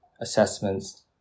assessments